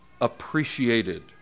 appreciated